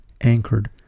anchored